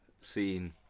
seen